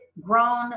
Grown